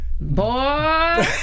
Boy